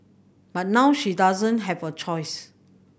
but now she doesn't have a choice